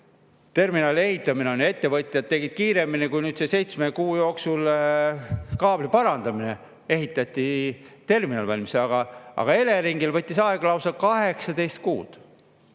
LNG-terminali ehitamine – ettevõtjad tegid kiiremini, kui nüüd käib seitsme kuu jooksul kaabli parandamine. Ehitati terminal valmis, aga Eleringil võttis aega lausa 18 kuud